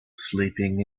sleeping